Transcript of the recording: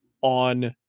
on